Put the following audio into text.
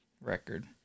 record